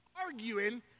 arguing